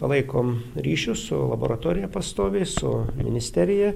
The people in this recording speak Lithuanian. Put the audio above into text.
palaikom ryšius su laboratorija pastoviai su ministerija